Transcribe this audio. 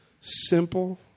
simple